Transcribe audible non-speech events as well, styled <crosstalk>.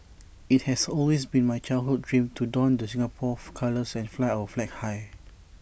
IT has always been my childhood dream to don the Singapore <unintelligible> colours and fly our flag high